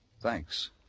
Thanks